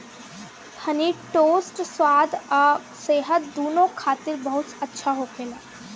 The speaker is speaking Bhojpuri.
हनी टोस्ट स्वाद आ सेहत दूनो खातिर बहुत अच्छा होखेला